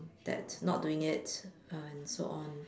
that not doing it and so on